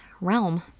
realm